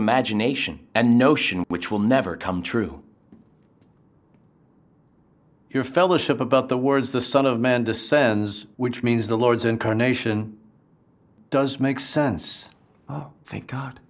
imagination and notion which will never come true your fellowship about the words the son of man discerns which means the lord's incarnation does make sense thank god